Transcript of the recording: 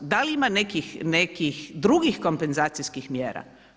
Da li ima nekih drugih kompenzacijskih mjera?